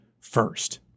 first